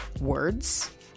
words